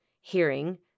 hearing